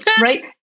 right